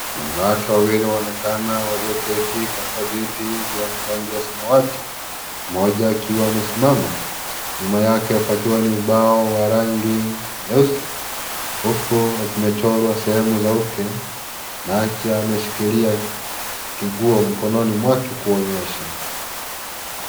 Wanawake wawili wameonekana walioketi katika viti vya rangi ya samawati mmoja akiwa amesimama nyuma yake pakiwa ni ubao wa rangi nyeusi huku kumechorwa sehemu za uke nacho ameshikilia kigua mkononi mwake kuonyesha.